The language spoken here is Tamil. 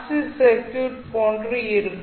சி சர்க்யூட் போன்று இருக்கும்